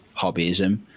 hobbyism